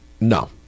No